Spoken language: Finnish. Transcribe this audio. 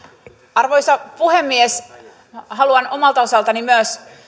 arvoisa puhemies haluan omalta osaltani myös